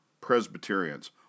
Presbyterians